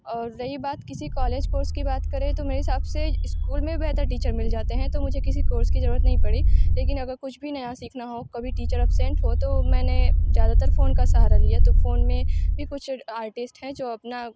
और रही बात किसी कॉलेज कोर्स की बात करें तो मेरे हिसाब से इस्कूल में ही बेहतर टीचर मिल जाते हैं तो मुझे किसी कोर्स की ज़रूरत नहीं पड़ी लेकिन अगर कुछ भी नया सीखना हो कभी टीचर अप्सेंट हो तो मैंने ज़्यादातर फ़ोन का सहारा लिया तो फ़ोन में भी कुछ आर्टिस्ट हैं जो अपना